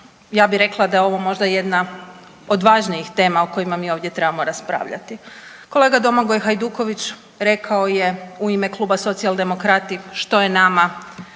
ja bi rekla da je ovo možda jedna od važnijih tema o kojima mi ovdje trebamo raspravljati. Kolega Domagoj Hajduković rekao je u ime Kluba Socijaldemokrati što je nama